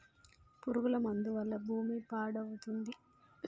పురుగుల మందు వల్ల భూమి పాడవుతుంది